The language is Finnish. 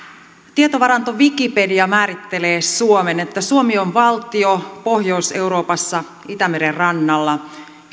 tietovaranto wikipedia määrittelee suomen niin että suomi on valtio pohjois euroopassa itämeren rannalla ja